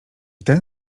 ten